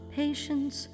patience